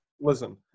listen